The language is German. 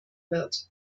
wird